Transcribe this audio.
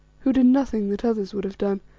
who did nothing that others would have done,